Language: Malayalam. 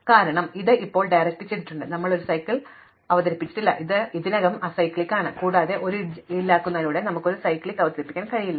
കാരണം അത് ഇപ്പോഴും സംവിധാനം ചെയ്തിട്ടുണ്ട് ഞങ്ങൾ ഒരു സൈക്കിൾ അവതരിപ്പിച്ചിട്ടില്ല അതിനാൽ ഇത് ഇതിനകം തന്നെ അസൈക്ലിക്ക് ആണ് കൂടാതെ ഒരു എഡ്ജ് ഇല്ലാതാക്കുന്നതിലൂടെ നമുക്ക് ഒരു സൈക്കിൾ അവതരിപ്പിക്കാൻ കഴിയില്ല